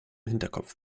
hinterkopf